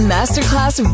Masterclass